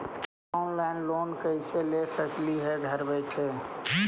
Online loan कैसे ले सकली हे घर बैठे?